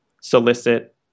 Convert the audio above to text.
solicit